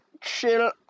Chill